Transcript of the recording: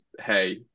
hey